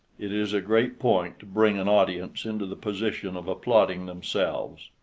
it is a great point to bring an audience into the position of applauding themselves.